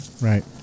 Right